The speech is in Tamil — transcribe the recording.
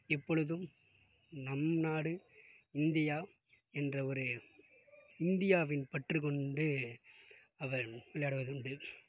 எப்பொழுதும் நம் நாடு இந்தியா என்ற ஒரு இந்தியாவின் பற்று கொண்டு அவர் விளையாடுவதுண்டு